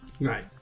Right